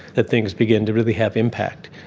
that things begin to really have impact.